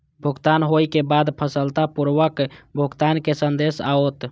भुगतान होइ के बाद सफलतापूर्वक भुगतानक संदेश आओत